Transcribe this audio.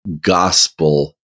Gospel